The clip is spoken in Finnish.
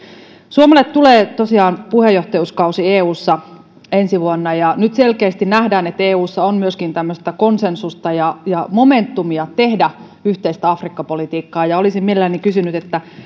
suomelle tulee tosiaan puheenjohtajuuskausi eussa ensi vuonna ja nyt selkeästi nähdään että eussa on myöskin tämmöistä konsensusta ja ja momentumia tehdä yhteistä afrikka politiikkaa olisin mielelläni kysynyt